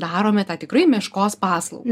darome tą tikrai meškos paslaugą